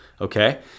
Okay